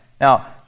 Now